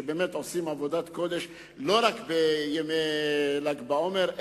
שבאמת עושה עבודת קודש לא רק בימי ל"ג בעומר,